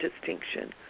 distinction